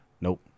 Nope